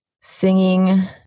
singing